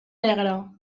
negre